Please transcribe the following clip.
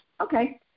Okay